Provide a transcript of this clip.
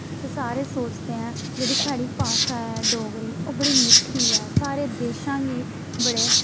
ते सारे सोचदे ऐं जेह्ड़ी साढ़ी भाशा ऐ डोगरी ओह् बड़ी मिट्ठी ऐ सारे देशां गी बड़े